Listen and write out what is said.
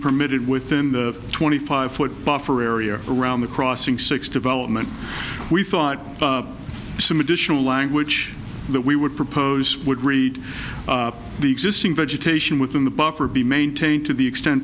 permitted within the twenty five foot buffer area around the crossing six development we thought some additional language that we would propose would read the existing vegetation within the buffer be maintained to the extent